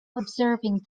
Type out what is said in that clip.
observing